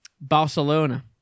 Barcelona